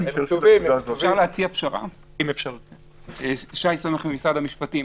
משרד המשפטים.